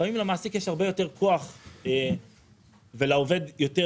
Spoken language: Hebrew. לפעמים למעסיק יש הרבה יותר כוח ולעובד יותר